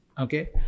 okay